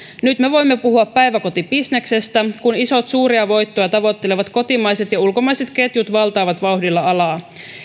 nyt me voimme puhua päiväkotibisneksestä kun isot suuria voittoja tavoittelevat kotimaiset ja ulkomaiset ketjut valtaavat vauhdilla alaa